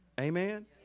Amen